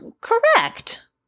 Correct